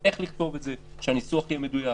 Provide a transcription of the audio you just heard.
צריך לראות איך לכתוב את זה שהניסוח יהיה מדויק,